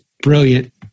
brilliant